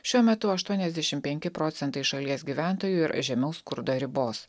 šiuo metu aštuoniasdešim penki procentai šalies gyventojų yra žemiau skurdo ribos